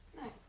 Nice